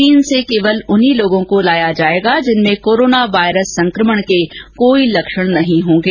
चीन से केवल उन्हीं लोगों को लाया जाएगा जिनमें कोरोना वायरस संक्रमण के कोई लक्षण नहीं होंगे